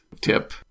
tip